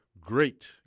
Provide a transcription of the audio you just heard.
great